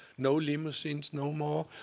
no limousines no more.